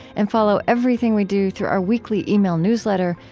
and follow everything we do through our weekly email newsletter.